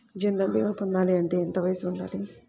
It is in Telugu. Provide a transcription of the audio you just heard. జన్ధన్ భీమా పొందాలి అంటే ఎంత వయసు ఉండాలి?